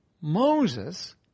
Moses